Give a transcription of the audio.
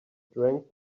drank